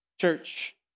church